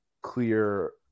clear